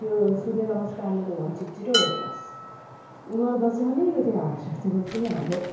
त्यो सूर्य नमस्कारले त झन् छिटो छिटो वेट लस गर्दो रहेछ अलिकति हार्ड छ त्यसले चाहिँ हाम्रो